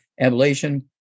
ablation